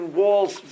walls